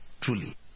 Truly